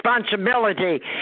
responsibility